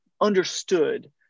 understood